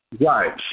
Right